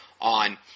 on